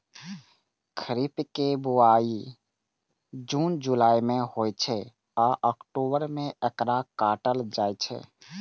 खरीफ के बुआई जुन जुलाई मे होइ छै आ अक्टूबर मे एकरा काटल जाइ छै